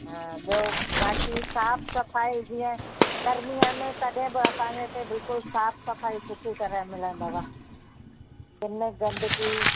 हा ॿियो बाक़ी साफ़ सफ़ाई जीअं गर्मी आहिनि तॾहिं बि असांजे हिते बिल्कुलु साफ़ सफ़ाई सुठी तरह मिलंदव हिन में गंदगी